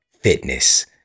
fitness